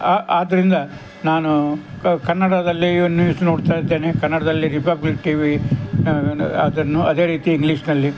ಆ ಆದ್ದರಿಂದ ನಾನು ಕನ್ನಡದಲ್ಲಿಯೂ ನ್ಯೂಸ್ ನೋಡ್ತಾಯಿದ್ದೇನೆ ಕನ್ನಡದಲ್ಲಿ ರಿಪಬ್ಲಿಕ್ ಟಿ ವಿ ಅದನ್ನು ಅದೇ ರೀತಿ ಇಂಗ್ಲೀಷಿನಲ್ಲಿ